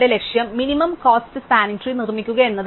ലക്ഷ്യം minimum cost spanning tree നിർമ്മിക്കുക എന്നതാണ്